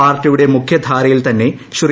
പാർട്ടിയുടെ മുഖ്യധാരയിൽ തന്നെ ശ്രീ